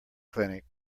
clinic